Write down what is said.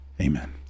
Amen